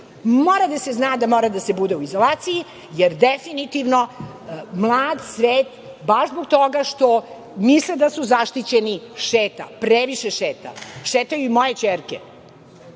Mora da se zna da mora da se bude u izolaciji, jer definitivno mlad svet, baš zbog toga što misle da su zaštićeni, šeta, previše šeta, šetaju i moje